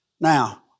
Now